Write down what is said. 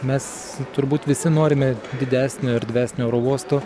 mes turbūt visi norime didesnio erdvesnio oro uosto